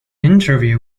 interview